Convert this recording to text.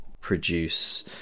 produce